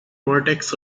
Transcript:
vertex